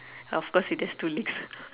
of course it has two legs